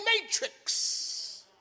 matrix